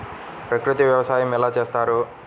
ప్రకృతి వ్యవసాయం ఎలా చేస్తారు?